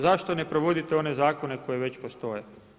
Zašto ne provodite one zakone koji već postoje?